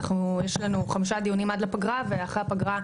אני מבקשת לקראת הדיון הבא --- ברשותך,